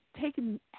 taken